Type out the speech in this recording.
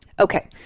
Okay